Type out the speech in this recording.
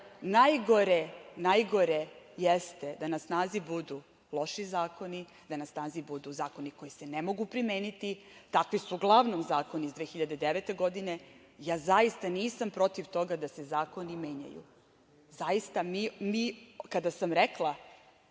sam rekla, najgore jeste da na snazi budu loši zakoni, da na snazi budu zakoni koji se ne mogu primeniti. Takvi su uglavnom zakoni iz 2009. godine. Ja zaista nisam protiv toga da se zakoni menjaju. Zaista, mi, kada sam rekla,